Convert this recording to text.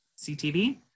CTV